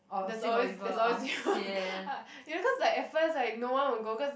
there's always there's always you because like at first like no one would go cause